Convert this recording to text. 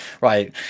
Right